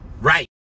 Right